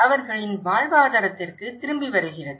அவர்களின் வாழ்வாதாரத்திற்கு திரும்பி வருகிறது